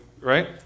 Right